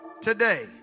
today